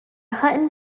hutton